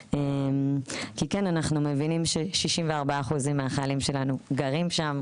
כי כן אנחנו מבינים ש-64% מהחיילים שלנו גרים שם,